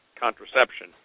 contraception